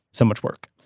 so much work.